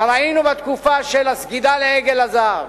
כבר היינו בתקופה של הסגידה לעגל הזהב,